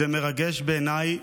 שזה מרגש בעיניי,